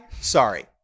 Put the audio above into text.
Sorry